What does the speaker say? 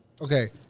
Okay